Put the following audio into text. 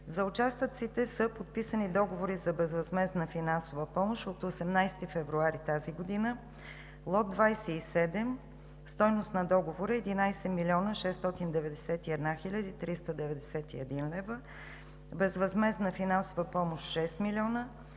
За участъците са подписани договори за безвъзмездна финансова помощ от 18 февруари тази година: - лот 27 – стойността на договора е 11 млн. 691 хил. 391 лв., безвъзмездна финансова помощ – 6 млн.